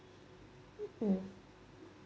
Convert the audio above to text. mm